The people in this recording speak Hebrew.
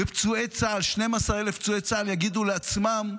פצועי צה"ל, 12,000 פצועי צה"ל יגידו לעצמם: